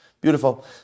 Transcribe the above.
Beautiful